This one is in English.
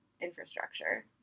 infrastructure